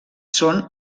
són